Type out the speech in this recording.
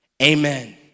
Amen